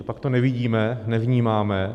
Copak to nevidíme, nevnímáme?